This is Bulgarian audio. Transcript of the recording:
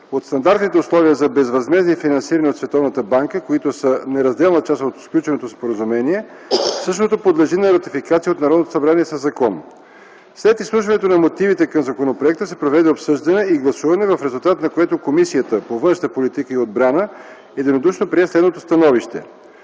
от Стандартните условия за безвъзмездни финансирания от Световната банка, които са неразделна част от сключеното споразумение, същото подлежи на ратификация от Народното събрание със закон. След изслушването на мотивите към законопроекта се проведе обсъждане и гласуване, в резултат на което Комисията по външна политика и отбрана единодушно прие следното становище: